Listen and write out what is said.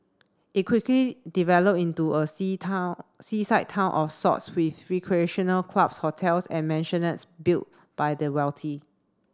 it quickly developed into a sea town seaside town of sorts with recreational clubs hotels and mansionettes built by the wealthy